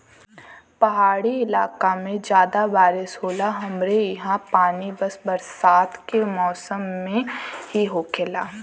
पहाड़ी इलाके में जादा बारिस होला हमरे ईहा पानी बस बरसात के मौसम में ही होखेला